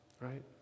right